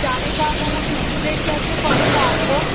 चावल दाल वाला पूरा प्लेट कैसे पड़ेगा आपको